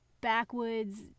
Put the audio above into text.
backwoods